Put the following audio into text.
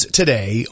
today